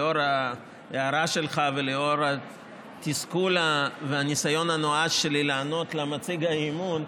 לאור ההערה שלך ולאור התסכול והניסיון הנואש שלי לענות למציג האי-אמון,